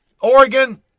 Oregon